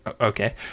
Okay